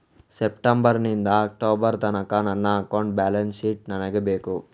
September ನಿಂದ October ತನಕ ನನ್ನ ಅಕೌಂಟ್ ಬ್ಯಾಲೆನ್ಸ್ ಶೀಟ್ ನನಗೆ ಬೇಕು